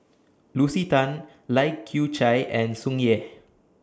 Lucy Tan Lai Kew Chai and Tsung Yeh